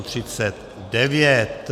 39.